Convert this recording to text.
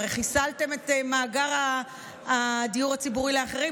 הרי חיסלתם את מאגר הדיור הציבורי לאחרים.